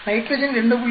nitrogen 2